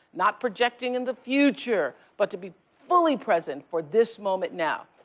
not projecting in the future but to be fully present for this moment now.